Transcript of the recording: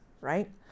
right